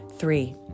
Three